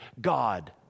God